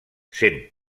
sent